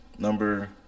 Number